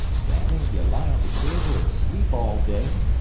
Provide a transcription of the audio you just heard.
danny, ye lie on the cable an' sleep all day,